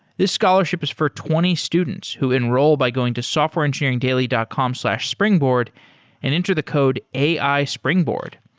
this scholarship is for twenty students who enroll by going to softwareengineeringdaily dot com slash springboard and enter the code ai springboard.